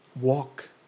walk